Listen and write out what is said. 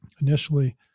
initially